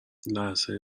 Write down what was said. لحظه